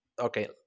Okay